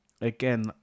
again